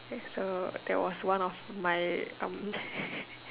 so there was one of my